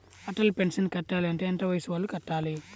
Atal pension కట్టాలి అంటే ఎంత వయసు వాళ్ళు కట్టాలి?